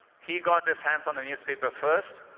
he got his hands on the newspaper first,